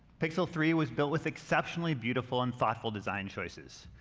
pixel three was built with exceptionally beautiful and thoughtful design choices.